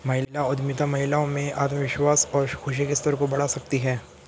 महिला उद्यमिता महिलाओं में आत्मविश्वास और खुशी के स्तर को बढ़ा सकती है